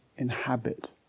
inhabit